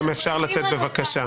אפשר לצאת בבקשה.